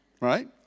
Right